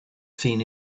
seen